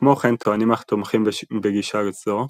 כמו כן טוענים התומכים בגישה זו,